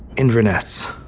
inverness,